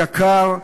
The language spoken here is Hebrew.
יקר,